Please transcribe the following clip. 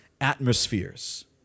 atmospheres